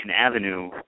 Avenue